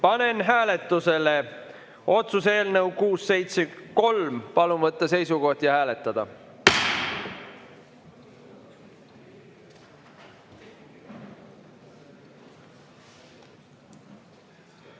panen hääletusele otsuse eelnõu 673. Palun võtta seisukoht ja hääletada!